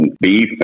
beef